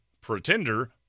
pretender